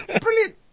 Brilliant